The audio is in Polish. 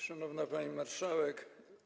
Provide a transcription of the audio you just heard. Szanowna Pani Marszałek!